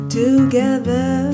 together